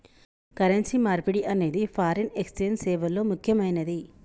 currency మార్పిడి అనేది foreign exchange సేవల్లో ముక్కెమైనది